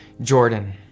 Jordan